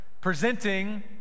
presenting